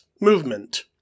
movement